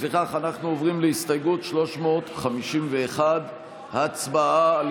לפיכך אנחנו עוברים להסתייגות 351. הצבעה על